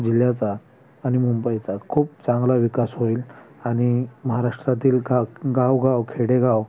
जिल्ह्याचा आणि मुंबईचा खूप चांगला विकास होईल आणि महाराष्ट्रातील गा गावोगाव खेडेगाव